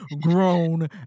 grown